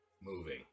moving